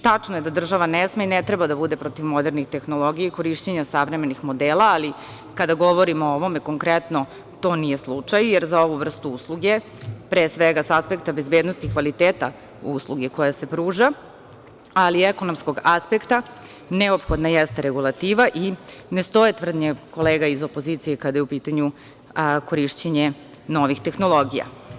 Tačno je da država ne sme i ne treba da bude protiv modernih tehnologija i korišćenja savremenih modela, ali kada govorimo o ovome konkretno, to nije slučaj, jer za ovu vrstu usluge pre svega sa aspekta bezbednosti i kvaliteta usluge koja se pruža, ali i ekonomskog aspekta, neophodna jeste regulativa i ne stoje tvrdnje kolega iz opozicije kada je u pitanju korišćenje novih tehnologija.